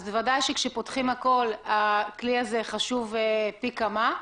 אז בוודאי שכשפותחים הכל הכלי הזה חשוב פי כמה.